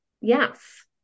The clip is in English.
yes